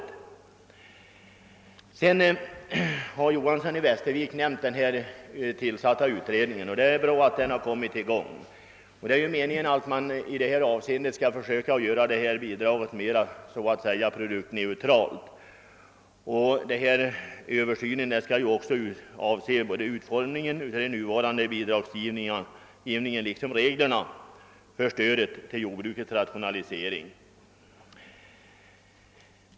Vidare har herr Johanson i Västervik nämnt den utredning som är tillsatt, och den har väl kommit i gång med sitt arbete. Det är meningen att man skall försöka göra stödet så att säga produktneutralt. Översynen skall också avse både utformningen av den nuvarande bidragsgivningen och reglerna för stödet till jordbrukets rationalisering.